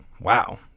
Wow